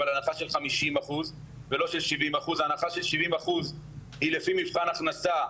אבל הנחה של 50% ולא של 70%. הנחה של 70% היא לפי מבחן הכנסה,